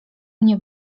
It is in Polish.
mnie